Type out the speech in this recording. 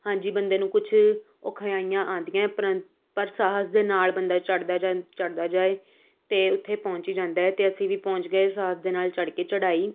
ਹਾਂਜੀ ਬੰਦੇ ਨੂੰ ਕੁਝ ਔਖਿਆਈਆਂ ਆਉਂਦੀਆਂ ਪ੍ਰੰਤ ਪਰ ਸਾਹਸ ਦੇ ਨਾਲ ਬੰਦਾ ਚੜ੍ਹਦਾ ਜਾਵੇ ਚੜ੍ਹਦਾ ਜਾਵੇ ਅਤੇ ਉੱਥੇ ਪਹੁੰਚ ਹੀ ਜਾਂਦਾ ਹੈ ਅਤੇ ਅਸੀਂ ਵੀ ਪਹੁੰਚ ਗਏ ਸਾਹਸ ਦੇ ਨਾਲ ਚੜ੍ਹ ਕੇ ਚੜ੍ਹਾਈ